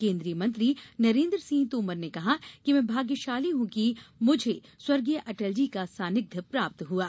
केन्द्रीय मंत्री नरेन्द्र सिंह तोमर ने कहा कि मैं भाग्यशाली हूँ कि मुझे स्व अटलजी का सानिध्य प्राप्त हुआ